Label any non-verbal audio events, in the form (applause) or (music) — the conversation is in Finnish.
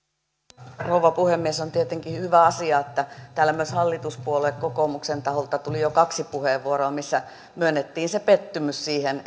arvoisa rouva puhemies on tietenkin hyvä asia että täällä myös hallituspuolue kokoomuksen taholta tuli jo kaksi puheenvuoroa missä myönnettiin pettymys siihen (unintelligible)